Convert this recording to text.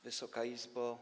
Wysoka Izbo!